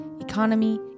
economy